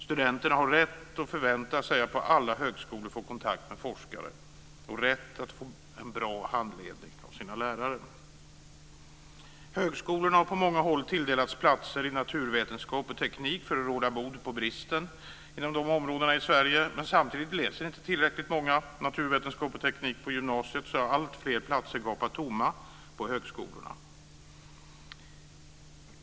Studenterna har rätt att förvänta sig att på alla högskolor få kontakt med forskare och rätt att få en bra handledning av sina lärare. Högskolorna har på många håll tilldelats platser i naturvetenskap och teknik för att råda bot på bristen inom dessa områden i Sverige, men samtidigt läser inte tillräckligt många naturvetenskap och teknik på gymnasiet, så därför gapar alltfler platser på högskolan tomma.